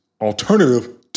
alternative